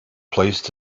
placed